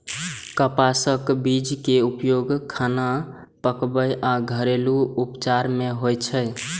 कपासक बीज के उपयोग खाना पकाबै आ घरेलू उपचार मे होइ छै